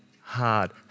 hard